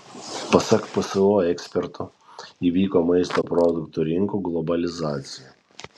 pasak pso ekspertų įvyko maisto produktų rinkų globalizacija